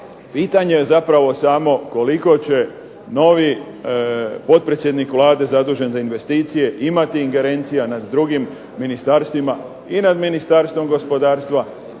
pitanje je zapravo samo koliko će novi potpredsjednik Vlade zadužen za investicije imati ingerencija nad drugim ministarstvima i nad Ministarstvom gospodarstva,